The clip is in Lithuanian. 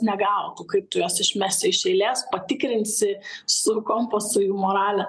negautų kaip tu juos išmesi iš eilės patikrinsi su kompasu jų moralę